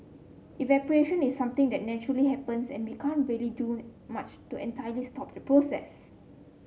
evaporation is something that naturally happens and we can't really do much to entirely stop the process